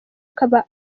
akaba